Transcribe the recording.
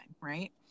Right